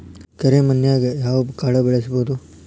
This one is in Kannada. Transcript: ಕರೆ ಮಣ್ಣನ್ಯಾಗ್ ಯಾವ ಕಾಳ ಬೆಳ್ಸಬೋದು?